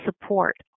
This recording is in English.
support